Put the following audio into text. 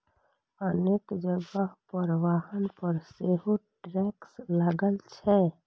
अनेक जगह पर वाहन पर सेहो टैक्स लागै छै